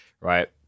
right